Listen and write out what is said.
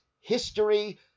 history